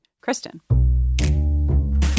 Kristen